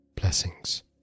Blessings